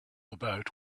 about